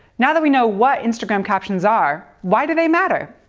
now that we know what instagram captions are, why do they matter?